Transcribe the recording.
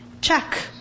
check